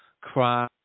cry